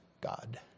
God